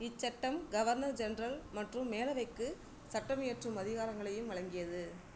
இச்சட்டம் governor general மற்றும் மேலவைக்கு சட்டமியற்றும் அதிகாரங்களையும் வழங்கியது